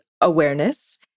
awareness